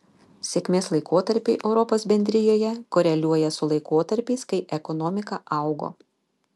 sėkmės laikotarpiai europos bendrijoje koreliuoja su laikotarpiais kai ekonomika augo